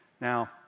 Now